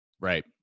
right